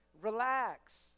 Relax